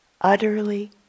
utterly